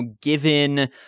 given